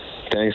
Thanks